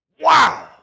Wow